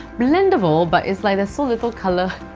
blendable, but it's like there's so little colour.